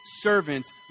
servants